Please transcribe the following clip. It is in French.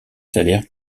salaire